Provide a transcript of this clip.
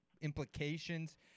implications